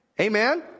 Amen